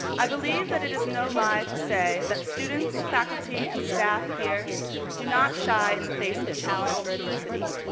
i believe that it is no lie to say that students, faculty, and staff here do not shy in the face of a challenge or adversity,